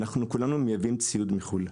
אנחנו כולנו מייבאים ציוד מחו"ל,